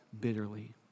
bitterly